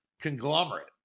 conglomerate